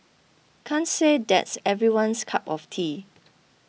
can't say that's everyone's cup of tea